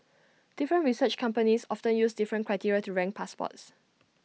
different research companies often use different criteria to rank passports